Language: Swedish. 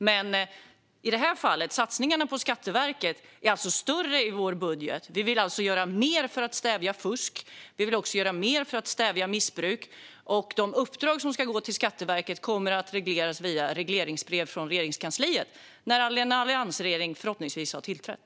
Men satsningarna på Skatteverket är alltså större i vår budget. Vi vill göra mer för att stävja fusk och missbruk. De uppdrag som ska gå till Skatteverket kommer att regleras via regleringsbrev från Regeringskansliet när en alliansregering förhoppningsvis har tillträtt.